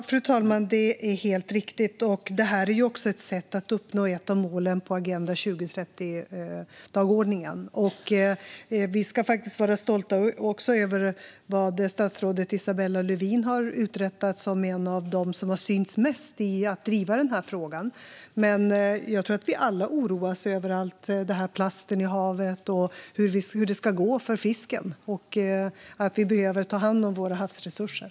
Fru talman! Det är helt riktigt. Det här är också ett sätt att uppnå ett av målen på Agenda 2030-dagordningen. Vi ska vara stolta över vad statsrådet Isabella Lövin har uträttat som en av dem som har synts mest i att driva frågan. Jag tror att vi alla oroas över all plast i haven och hur det ska gå för fisken. Vi behöver ta hand om våra havsresurser.